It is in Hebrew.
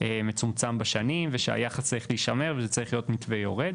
מצומצם בשנים ושהיחס צריך להישמר וזה צריך להיות מתווה יורד,